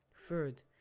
Third